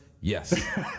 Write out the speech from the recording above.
yes